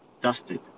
dusted